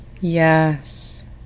Yes